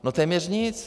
No téměř nic.